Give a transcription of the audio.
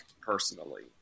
personally